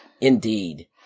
Indeed